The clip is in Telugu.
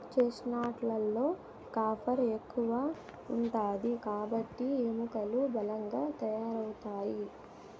చెస్ట్నట్ లలో కాఫర్ ఎక్కువ ఉంటాది కాబట్టి ఎముకలు బలంగా తయారవుతాయి